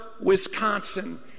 Wisconsin